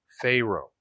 Pharaoh